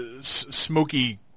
Smoky